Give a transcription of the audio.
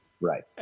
right